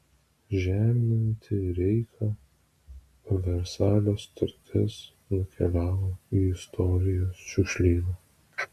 žeminanti reichą versalio sutartis nukeliavo į istorijos šiukšlyną